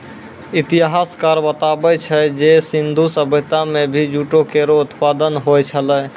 इतिहासकार बताबै छै जे सिंधु सभ्यता म भी जूट केरो उत्पादन होय छलै